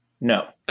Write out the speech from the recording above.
No